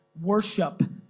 worship